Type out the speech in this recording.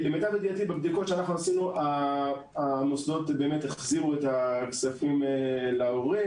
בבדיקות שאנחנו עשינו המוסדות החזירו את הכספים להורים